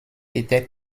était